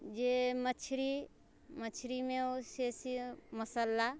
जे मछरी मछरीमे मसल्ला